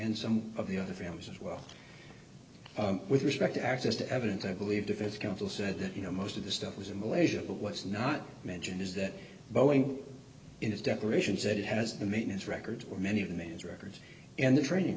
and some of the other families as well with respect to access to evidence i believe defense counsel said that you know most of the stuff was in malaysia but what's not mentioned is that boeing in his declarations that it has the maintenance records were many of them in his records and the training